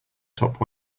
top